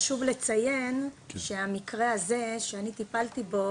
חשוב לציין שהמקרה הזה שאני טיפלתי בו,